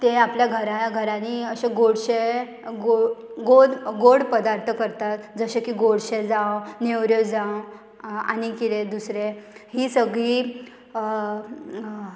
ते आपल्या घरा घरांनी अशें गोडशें गोद गोड पदार्थ करतात जशें की गोडशें जावं नेवऱ्यो जावं आनी कितें दुसरें ही सगळी